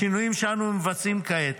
השינויים שאנו מבצעים כעת,